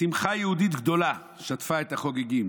"שמחה יהודית גדולה שטפה את החוגגים.